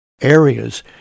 areas